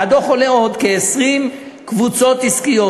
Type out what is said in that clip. מהדוח עולה עוד כי 20 קבוצות עסקיות,